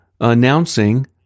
announcing –